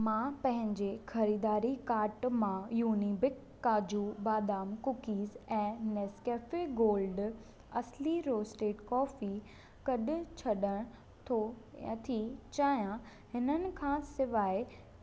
मां पंहिंजे ख़रीदारी कार्ट मां युनिबिक काजू बादाम कुकीज़ ऐं नेस्कैफ़े गोल्ड असली रोस्टेड कॉफ़ी कढी छॾण थो या थी चाहियां इन्हनि खां सवाइ